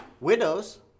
widows